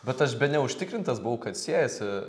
bet aš bene užtikrintas buvau kad siejasi